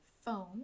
phone